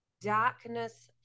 Darkness